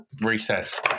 recess